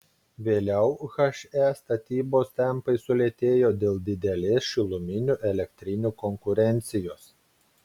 vėliau he statybos tempai sulėtėjo dėl didelės šiluminių elektrinių konkurencijos